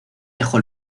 dejó